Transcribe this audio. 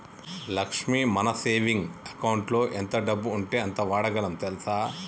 లక్ష్మి మన సేవింగ్ అకౌంటులో ఎంత డబ్బు ఉంటే అంత వాడగలం తెల్సా